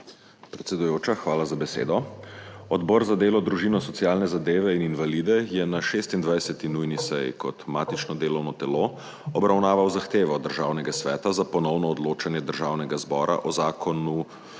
Predsedujoča, hvala za besedo. Odbor za delo, družino, socialne zadeve in invalide je na 26. nujni seji kot matično delovno telo obravnaval zahtevo Državnega sveta za ponovno odločanje Državnega zbora o Zakonu